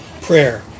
prayer